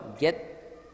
get